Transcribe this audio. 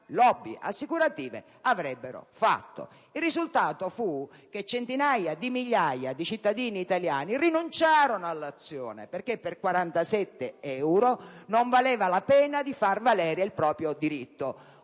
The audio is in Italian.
lobby assicurative avrebbero fatto. Il risultato fu che centinaia di migliaia di cittadini italiani rinunciarono all'azione perché per 47 euro non valeva la pena di far valere il proprio diritto.